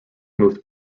moved